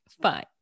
fine